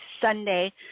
Sunday